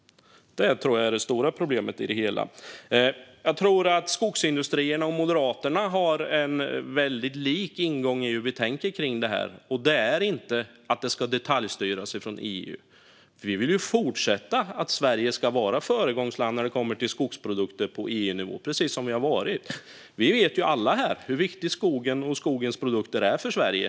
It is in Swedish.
Det tror jag är det stora problemet. Jag tror att Skogsindustriernas och Moderaternas ingångar i hur vi tänker kring det här är väldigt lika, och det är att det inte ska detaljstyras från EU. Vi vill att Sverige ska fortsätta att vara ett föregångsland på EU-nivå när det kommer till skogsprodukter, precis som vi har varit, och vi vet ju alla här hur viktig skogen och skogens produkter är för Sverige.